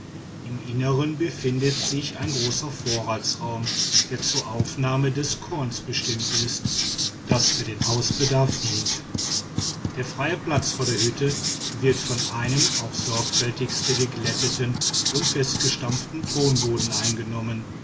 im innern befindet sich ein großer vorratsraum der zur aufnahme des korns bestimmt ist das für den hausbedarf dient der freie platz vor der hütte wird von einem aufs sorgfältigste geglätteten und festgestampften tonboden eingenommen